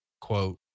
quote